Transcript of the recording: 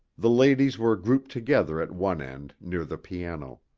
the ladies were grouped together at one end, near the piano.